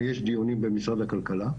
יש דיונים במשרד הכלכלה.